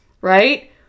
right